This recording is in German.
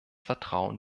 vertrauen